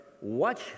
watch